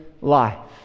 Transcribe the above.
life